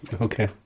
Okay